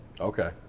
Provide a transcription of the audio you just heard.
Okay